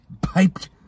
piped